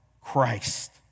Christ